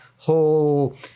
whole